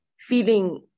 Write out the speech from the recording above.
feeling